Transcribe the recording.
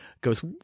goes